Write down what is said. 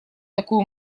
такую